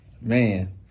Man